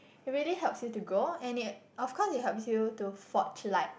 it really helps you to grow and it of course it help you to forge like